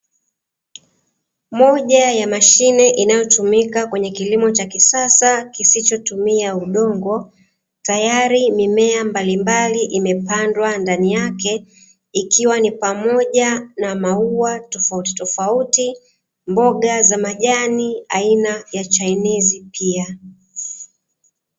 Moja ya mashine inayotumika kwenye kilimo cha kisasa, kisichotumia udongo tayari mimea mbalimbali imepandwa ndani yake ikiwa ni pamoja na maua tofautitofauti, mboga za majani aina ya chainizi pia.